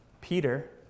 Peter